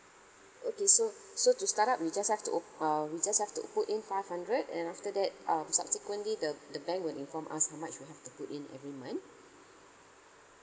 okay so so to start up we just have to o~ um we just have to put in five hundred and after that um subsequently the the bank will inform us how much we have to put in every month